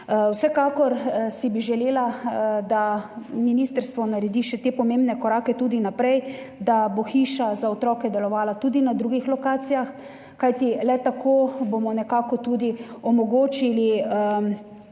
Vsekakor bi si želela, da ministrstvo naredi še te pomembne korake tudi naprej, da bo Hiša za otroke delovala tudi na drugih lokacijah, kajti le tako bomo nekako tudi omogočili bolj